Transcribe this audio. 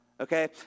okay